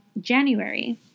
January